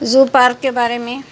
زو park کے بارے میں